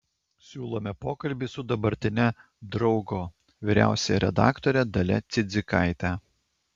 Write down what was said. siūlome pokalbį su dabartine draugo vyriausiąja redaktore dalia cidzikaite